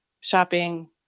shopping